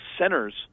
centers